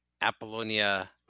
Apollonia